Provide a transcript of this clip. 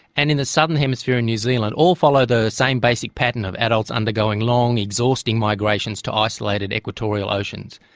and in the southern hemisphere in new zealand all follow the same basic pattern of adults undergoing long exhausting migrations to isolated equatorial oceans.